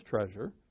treasure